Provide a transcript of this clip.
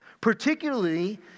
particularly